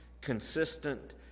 consistent